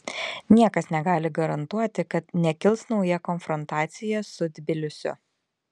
niekas negali garantuoti kad nekils nauja konfrontacija su tbilisiu